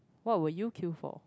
what would you kill for